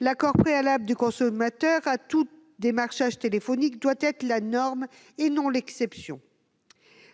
L'accord préalable du consommateur pour tout démarchage téléphonique doit être la norme, et non l'exception.